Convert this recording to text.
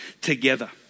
together